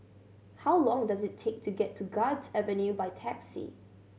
how long does it take to get to Guards Avenue by taxi